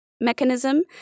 mechanism